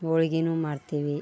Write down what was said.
ಹೋಳ್ಗೆನು ಮಾಡ್ತೀವಿ